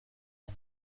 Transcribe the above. کنم